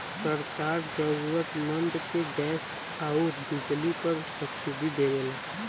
सरकार जरुरतमंद के गैस आउर बिजली पर सब्सिडी देवला